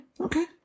Okay